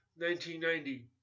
1990